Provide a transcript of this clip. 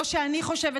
לא שאני חושבת,